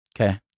Okay